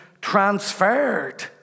transferred